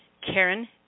Karen